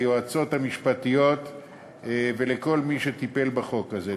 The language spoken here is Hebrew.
ליועצות המשפטיות ולכל מי שטיפל בחוק הזה.